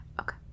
Okay